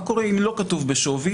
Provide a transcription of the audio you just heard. מה קורה אם לא כתוב בשווי,